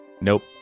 Nope